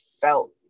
felt